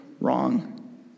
wrong